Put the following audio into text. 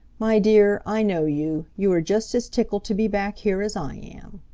my dear, i know you you are just as tickled to be back here as i am.